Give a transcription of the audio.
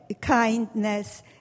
kindness